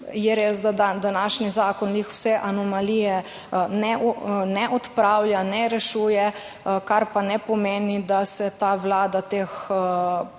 je res, da današnji zakon jih vse anomalije ne odpravlja, ne rešuje, kar pa ne pomeni, da se ta Vlada teh